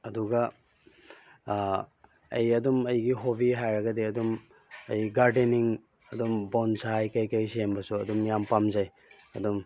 ꯑꯗꯨꯒ ꯑꯩ ꯑꯗꯨꯝ ꯑꯩꯒꯤ ꯍꯣꯕꯤ ꯍꯥꯏꯔꯒꯗꯤ ꯑꯗꯨꯝ ꯑꯩ ꯒꯥꯔꯗꯦꯅꯤꯡ ꯑꯗꯨꯝ ꯕꯣꯟꯁꯥꯏ ꯀꯩꯀꯩ ꯁꯦꯝꯕꯁꯨ ꯑꯗꯨꯝ ꯌꯥꯝ ꯄꯥꯝꯖꯩ ꯑꯗꯨꯝ